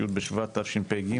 י' בשבט תשפ"ג.